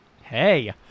Hey